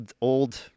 Old